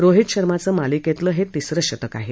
रोहित शर्माचं मालिकेतलं हे तिसरं शतक आहे